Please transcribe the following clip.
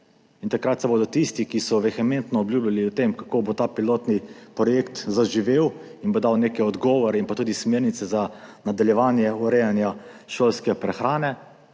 Takrat verjetno tistih, ki so vehementno obljubljali, kako bo ta pilotni projekt zaživel in bo dal neke odgovore in tudi smernice za nadaljevanje urejanja šolske prehrane,